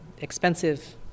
expensive